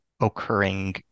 occurring